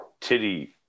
titty